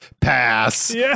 pass